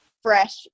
fresh